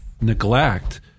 neglect